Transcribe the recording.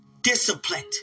discipline